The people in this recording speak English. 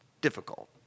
difficult